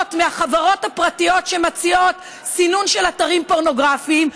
מהחברות הפרטיות שמציעות סינון של אתרים פורנוגרפיים,